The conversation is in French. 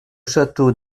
château